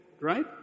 Right